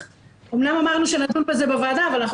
אמנם אמרנו שנדון בזה בוועדה אבל אנחנו